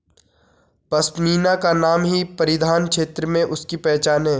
पशमीना का नाम ही परिधान क्षेत्र में उसकी पहचान है